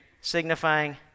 signifying